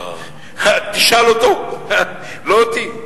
תשאל אותו, לא אותי.